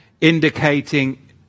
indicating